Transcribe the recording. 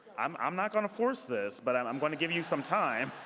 i'm i'm not going to force this, but i'm i'm going to give you some time.